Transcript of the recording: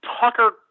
Tucker